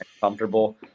comfortable